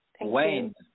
Wayne